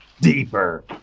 deeper